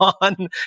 on